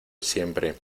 siempre